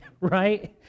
right